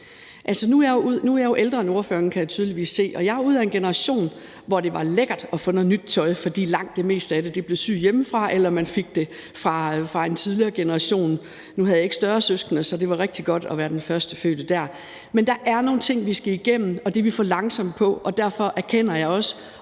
Nu er jeg ældre end ordføreren, kan jeg tydeligt se, og jeg er ud af en generation, hvor det var lækkert at få noget nyt tøj, fordi langt det meste af det blev syet hjemmefra, eller man fik det fra en tidligere generation – nu havde jeg ikke større søskende, så det var rigtig godt at være den førstefødte i den situation. Men der er nogle ting, vi skal igennem, og det er vi for langsomme til at få gjort, og det erkender jeg også,